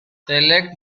select